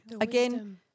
Again